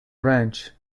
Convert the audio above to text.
ranch